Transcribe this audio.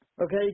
Okay